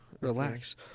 Relax